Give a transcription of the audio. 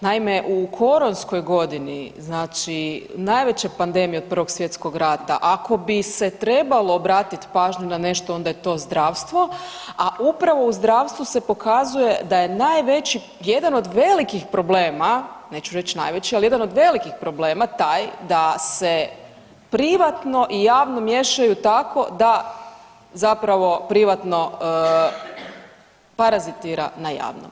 Naime, u koronskoj godini, znači najveće pandemije od Prvog svjetskog rata ako bi se trebalo obratit pažnju na nešto onda je to zdravstvo, a upravo u zdravstvu se pokazuje da je najveći, jedan od velikih problema, neću reć najveći, ali jedan od velikih problema taj da se privatno i javno miješaju tako da zapravo privatno parazitira na javnom.